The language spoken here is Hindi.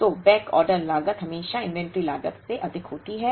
तो बैकऑर्डर लागत हमेशा इन्वेंट्री लागत से अधिक होती है